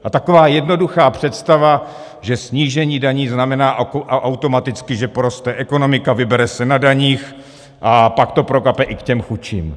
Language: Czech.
A taková jednoduchá představa, že snížení daní znamená automaticky, že poroste ekonomika, vybere se na daních a pak to prokape i k těm chudším.